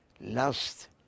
last